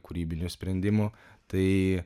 kūrybinių sprendimų tai